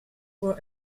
were